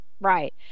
Right